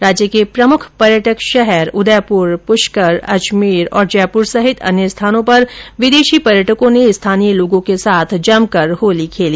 राज्य के प्रमुख पर्यटक शहर उदयपुर पुष्कर अजमेर जयपुर सहित अन्य स्थानो पर विदेशी पर्यटकों ने स्थानीय लोगों के साथ होली खेली